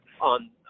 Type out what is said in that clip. on